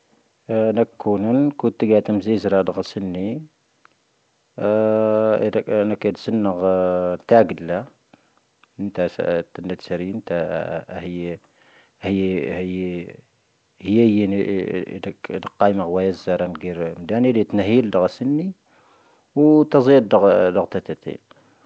ⵏⴰⴰⴽⵓⵏ ⵓⵍ ⴽⵓⵜⵉⴳⴰⵢ ⵜⴰⵎⵣⵉ ⵢⵣⵉ ⵔⴰⴷⵀⴰ ⴰ ⴷⵔⵉⴱⴰⵙⵓⵏⵏⴻ. ⵏⴰⴰⴽⴻⴷⴻ ⵙⵉⵏⵏⴰ ⴳⵜⴰⴰⴳ ⴷⴰ ⴳoⵍⴰ. ⵏⵜⴰⵙ ⴰⵇⴰⴷ ⵜⵏⵉⴷⵊⵜ ⵜⵙⴻⵍⵉⵏ ⵜⵀⴰ ⴰ ⵀⵉⵢⴻ. ⵀⵉⵢⴻ ⵢⵉⵏⵓ ⴻⴽ ⴷⵀⵉⵇⴻ ⴳⵜⴰⵇⴻⵢ ⵎⴰ ⵡⴰⵣⵀ ⴰ ⵔⴰⵎ ⴳⵉⵔⵡⴻⵎ. ⴷⵀⴰⵏ coⵏvⴻⵔⵜⵉ ⵜⵏⴻⵀⵉ ⵍ ⴷⵔⵉⴱⴰⵙⵓⵏⵏⴻ. ⵡoⵜ ⵜⴰⵣⴻ ⴷⵔⵉⴱⴰⵙⵓⵏ oⵏ ⵜⴰⵜⴰ ⵜⴻⵜⴻ.